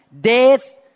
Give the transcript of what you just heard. death